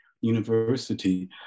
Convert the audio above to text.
University